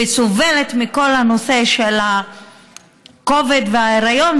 וסובלת מכל הנושא של הכובד וההיריון,